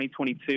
2022